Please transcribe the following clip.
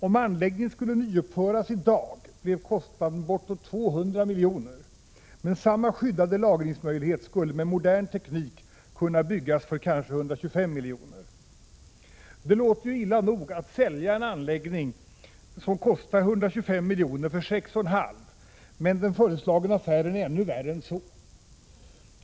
Om anläggningen skulle nyuppföras i dag skullle kostnaden bli ca 200 milj.kr., men samma skyddade lagringsmöjlighet skulle med modern teknik kunna åstadkommas för kanske 125 milj.kr. Det låter ju illa nog att sälja en anläggning som kostar 125 milj.kr. för 6,5 milj.kr., men den föreslagna affären är ännu värre än så.